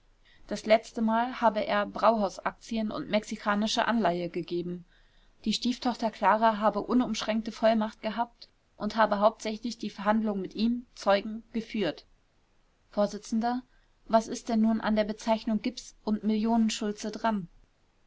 das letztemal habe er brauhaus aktien und mexikanische anleihe gegeben die stieftochter klara habe unumschränkte vollmacht gehabt und habe hauptsächlich die verhandlungen mit ihm zeugen geführt vors was ist denn nun an der bezeichnung gips und millionen schultze dran